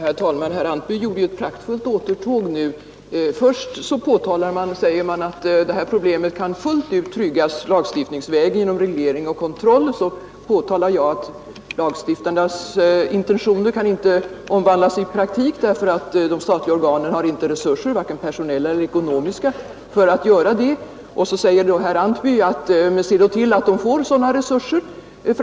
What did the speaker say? Herr talman! Herr Antby gjorde ju ett praktfullt återtåg nu. Först säger man att problemet kan fullt ut lösas lagstiftningsvägen genom reglering och kontroll. Så påtalar jag att lagstiftarnas intentioner inte kan omvandlas i praktik därför att de statliga organen inte har resurser, vare sig personella eller ekonomiska. Då säger herr Antby för att verka logisk och konsekvent: Se då till att de får sådana resurser!